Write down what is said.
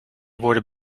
worden